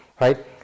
Right